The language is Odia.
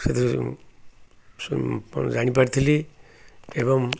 ସେଥିରୁ ଜାଣିପାରିଥିଲି ଏବଂ